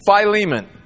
Philemon